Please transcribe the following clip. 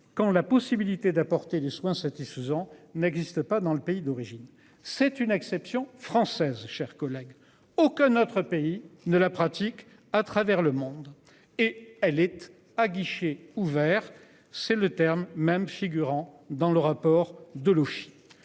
quand la possibilité d'apporter des soins satisfaisants n'existe pas dans le pays d'origine, c'est une exception française, chers collègues. Aucun autre pays ne la pratique à travers le monde et elle était à guichet ouvert. C'est le terme même figurant dans le rapport de louche.